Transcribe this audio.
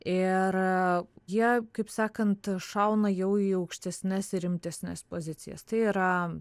ir jie kaip sakant šauna jau į aukštesnes ir rimtesnes pozicijas tai yra